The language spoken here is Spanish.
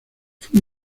fue